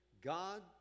God